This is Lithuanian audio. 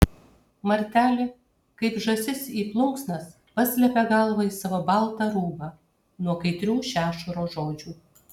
martelė kaip žąsis į plunksnas paslepia galvą į savo baltą rūbą nuo kaitrių šešuro žodžių